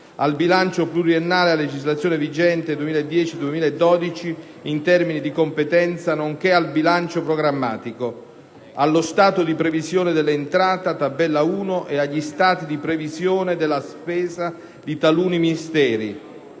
al bilancio pluriennale a legislazione vigente 2010-2012 in termini di competenza, nonché al bilancio programmatico; allo stato di previsione dell'entrata (Tabella n. 1) ed agli stati di previsione della spesa di taluni Ministeri